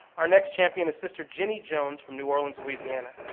our next champion is sister ginny jones from new orleans, louisiana.